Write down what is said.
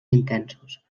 intensos